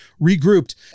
regrouped